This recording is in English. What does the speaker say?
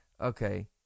Okay